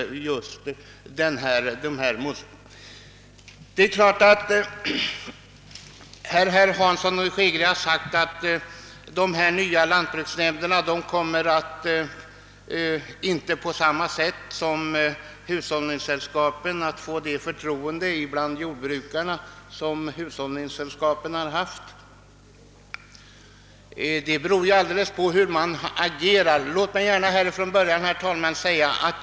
Herr Hansson i Skegrie sade att de nya lantbruksnämnderna inte kommer att få jordbrukarnas förtroende på samma sätt som hushållningssällskapen haft, men det beror ju helt och hållet på hur man agerar i lantbruksnämnderna.